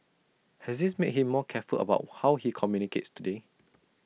has this made him more careful about how he communicates today